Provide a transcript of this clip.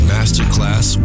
Masterclass